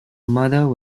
mother